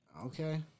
Okay